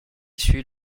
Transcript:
suit